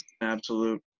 absolute